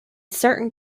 certain